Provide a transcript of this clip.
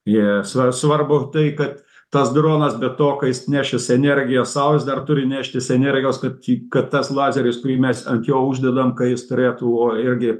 jie sva svarbu tai kad tas dronas be to ka jis nešis energiją sau dar jis turi neštis energijos kad į kad tas lazeris kurį mes ant jo uždedam ka jis turėtų o irgi